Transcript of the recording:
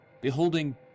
beholding